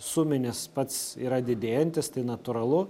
suminis pats yra didėjantis tai natūralu